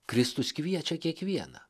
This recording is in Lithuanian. kristus kviečia kiekvieną